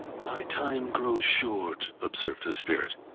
my time grows short, observed the spirit.